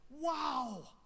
Wow